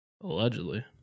Allegedly